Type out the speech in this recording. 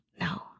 no